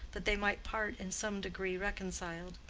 that they might part in some degree reconciled.